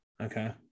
okay